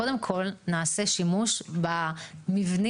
קודם כל נעשה שימוש במבנים,